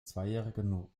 zweijährigen